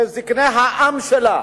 זה זקני העם שלה,